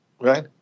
right